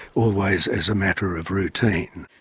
always as a matter of routine.